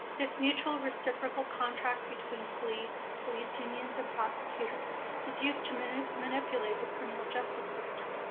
this mutual reciprocal contract between police, police unions and prosecutors is used to minute manipulate the criminal justice system.